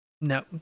no